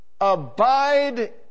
Abide